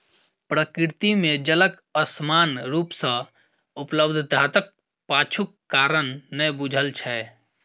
प्रकृति मे जलक असमान रूप सॅ उपलब्धताक पाछूक कारण नै बूझल छै